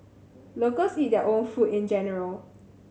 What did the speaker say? locals eat their own food in general